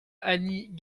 annie